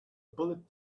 bullet